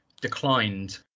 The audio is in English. declined